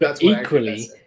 Equally